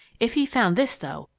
if he found this, though,